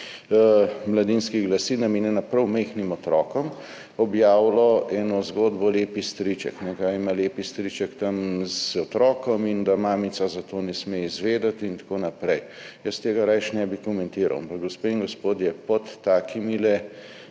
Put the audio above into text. mladinskih glasil, namenjeno prav majhnim otrokom, objavilo eno zgodbo Lepi striček, kaj ima lepi striček tam z otrokom in da mamica za to ne sme izvedeti in tako naprej. Jaz tega rajši ne bi komentiral. Ampak, gospe in gospodje, pod takimi